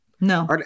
No